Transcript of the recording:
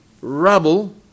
rubble